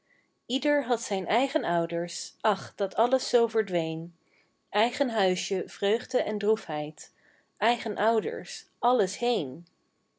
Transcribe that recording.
ieder had zijn eigen ouders ach dat alles zoo verdween eigen huisje vreugde en droefheid eigen ouders alles heen